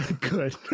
good